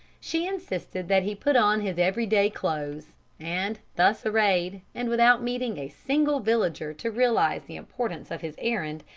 she insisted that he put on his every-day clothes, and thus arrayed, and without meeting a single villager to realize the importance of his errand,